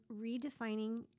redefining